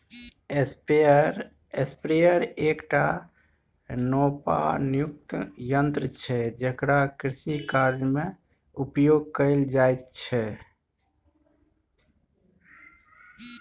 sprayer एकटा नोपानियुक्त यन्त्र छै जेकरा कृषिकार्यमे उपयोग कैल जाइत छै